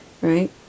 right